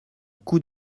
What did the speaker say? coup